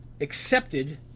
Accepted